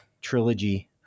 trilogy